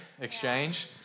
exchange